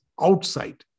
outside